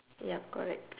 yup correct